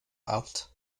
allt